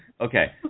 Okay